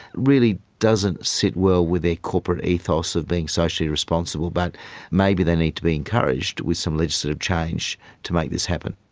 really doesn't sit well with their corporate ethos of being socially responsible. but maybe they need to be encouraged with some legislative change to make this happen.